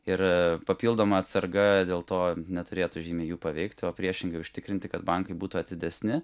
ir papildoma atsarga dėl to neturėtų žymiai jų paveikti o priešingai užtikrinti kad bankai būtų atidesni